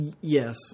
Yes